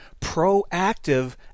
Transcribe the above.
proactive